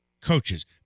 Coaches